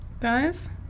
Guys